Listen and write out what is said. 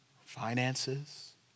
finances